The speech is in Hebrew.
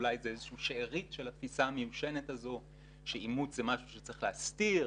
אולי זה שארית של התפיסה המיושנת הזאת שאימוץ זה משהו שצריך להסתיר,